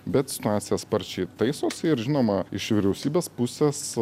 bet situacija sparčiai taisosi ir žinoma iš vyriausybės pusės